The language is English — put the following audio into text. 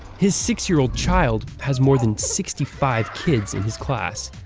his six year old child has more than sixty five kids in his class.